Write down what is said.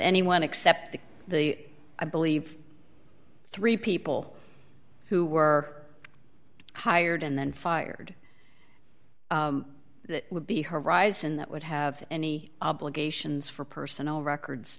anyone except the i believe three people who were hired and then fired would be horizon that would have any obligations for personal records